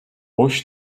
hoş